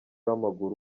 w’amaguru